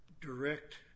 direct